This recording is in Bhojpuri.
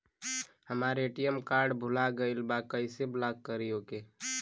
हमार ए.टी.एम कार्ड भूला गईल बा कईसे ब्लॉक करी ओके?